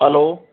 hello